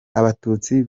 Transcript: abatutsi